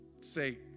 Say